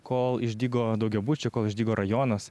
kol išdygo daugiabučiai kol išdygo rajonas